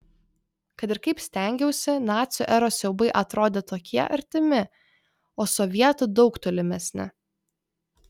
kad ir kaip stengiausi nacių eros siaubai atrodė tokie artimi o sovietų daug tolimesni